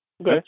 Okay